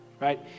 right